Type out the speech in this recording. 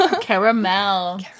Caramel